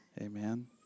amen